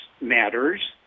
matters